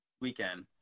weekend